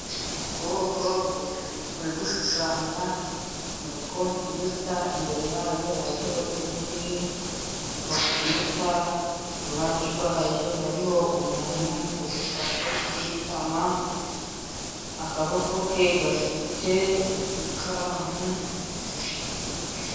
Ukuboko kuri gushushanya muri kompiyuta. Imbere yayo hariho indi kompiyuta. Iruhande rwayo hariho umuntu wifashe ku itama akaboko ke gafite ikaramu.